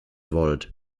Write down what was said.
wollt